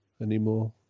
anymore